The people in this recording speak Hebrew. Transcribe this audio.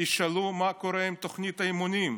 ישאלו מה קורה עם תוכנית האימונים.